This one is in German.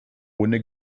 ohne